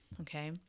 okay